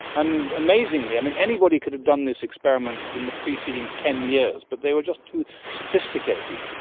and amazingly, i mean, anybody could have done this experiment in the preceding ten years, but they were just too sophisticated.